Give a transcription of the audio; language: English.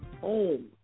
home